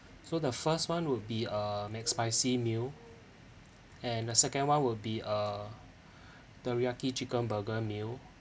so the first one will be a mcspicy meal and the second one will be a teriyaki chicken burger meal